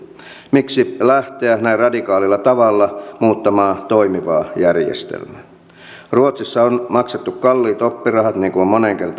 miksi lähteä näin radikaalilla tavalla muuttamaan toimivaa järjestelmää ruotsissa on maksettu kalliit oppirahat niin kuin